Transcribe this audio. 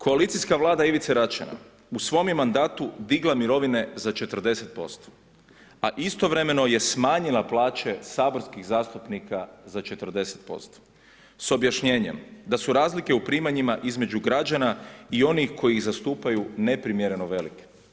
Koalicijska Vlada Ivice Račana u svom je mandatu digla mirovine za 40%, a istovremeno je smanjila plaće saborskih zastupnika za 40% s objašnjenjem da su razlike u primanjima između građana i onih koji ih zastupaju neprimjereno velike.